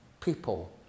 People